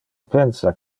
pensa